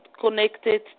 connected